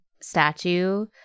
statue